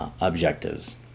objectives